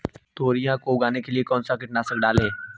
तोरियां को उगाने के लिये कौन सी कीटनाशक डालें?